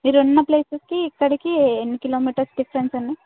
మీరు ఉన్నప్లేసెస్కి ఇక్కడికి ఎన్ని కిలోమీటర్స్ డిఫరెన్స్ అండి